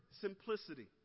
simplicity